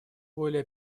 более